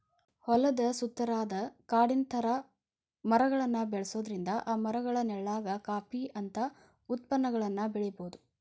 ಹೊಲದ ಸುತ್ತಾರಾದ ಕಾಡಿನ ತರ ಮರಗಳನ್ನ ಬೆಳ್ಸೋದ್ರಿಂದ ಆ ಮರಗಳ ನೆಳ್ಳಾಗ ಕಾಫಿ ಅಂತ ಉತ್ಪನ್ನಗಳನ್ನ ಬೆಳಿಬೊದು